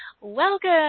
Welcome